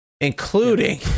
Including